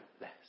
less